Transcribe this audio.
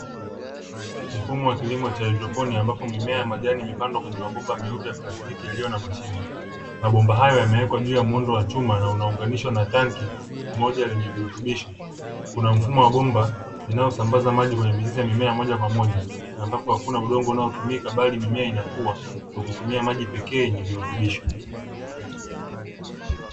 Mfumo wa kilimo cha haidroponi ambapo mimea ya majani imepandwa kwenye mabomba meupe ya plastiki yaliyo na mashimo, mabomba hayo yamewekwa juu ya muundo wa chuma na unaunganishwa na tangi moja lenye virutubisho, kuna mfumo wa bomba linalo sambaza maji kwenye mizizi moja kwa moja, ambapo hakuna udongo unaotumika bali mimea inakua kwa kutumia maji pekee yenye virutubisho.